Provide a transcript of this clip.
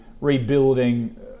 rebuilding